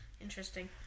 Interesting